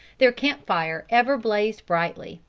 their camp-fire ever blazed brightly.